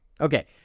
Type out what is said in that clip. Okay